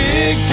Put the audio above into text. Big